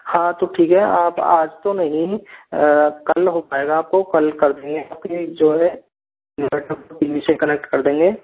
हाँ तो ठीक है आप आज तो नहीं कल हो पाएगा आपको कल कर देंगे अभी जो है इनवर्टर को टी वी से कनेक्ट कर देंगे